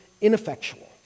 ineffectual